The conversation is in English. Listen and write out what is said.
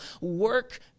Work